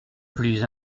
plus